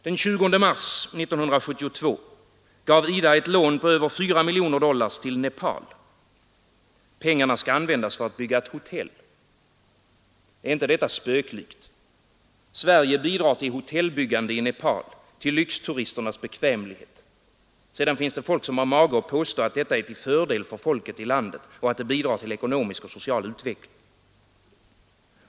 Den 20 mars 1972 gav IDA ett lån på över 4 miljoner dollar till Nepal. Pengarna skall användas för att bygga ett hotell. Är inte detta spöklikt? Sverige bidrar till hotellbyggandet i Nepal, till lyxturisternas bekvämlighet. Sedan finns det människor som har mage att påstå att detta är till fördel för folket i landet och att det bidrar till ekonomisk och social utveckling.